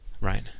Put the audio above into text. Right